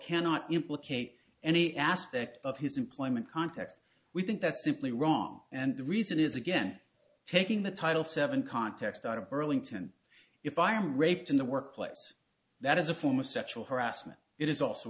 cannot implicate any aspect of his employment context we think that's simply wrong and the reason is again taking the title seven context out of burlington if i am raped in the workplace that is a form of sexual harassment it is also